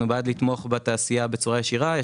אנחנו בעד לתמוך בתעשייה בצורה ישירה.